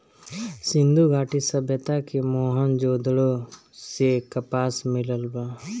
सिंधु घाटी सभ्यता के मोहन जोदड़ो से कपास मिलल बा